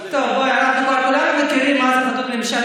כולנו מכירים החלטות ממשלה.